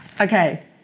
Okay